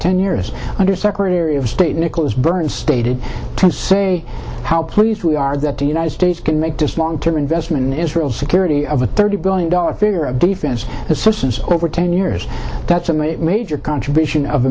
ten years undersecretary of state nicholas burns stated to say how pleased we are that the united states can make this long term investment in israel's security of a thirty billion dollars figure of defense assistance over ten years that's a major contribution of